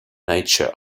nature